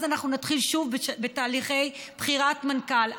אנחנו נתחיל שוב בתהליכי בחירת מנכ"ל.